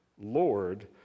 Lord